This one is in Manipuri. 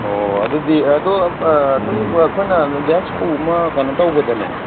ꯑꯣ ꯑꯗꯨꯗꯤ ꯑꯗꯣ ꯑꯗꯨꯝ ꯑꯩꯈꯣꯏꯅ ꯒ꯭ꯌꯥꯁ ꯎꯄꯨ ꯑꯃ ꯀꯩꯅꯣ ꯇꯧꯕꯗꯅꯦ